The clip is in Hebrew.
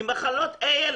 עם מחלות קשות,